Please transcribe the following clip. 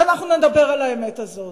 ואנחנו נדבר על האמת הזאת,